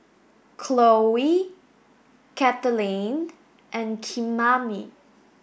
Cloe Kathaleen and Kymani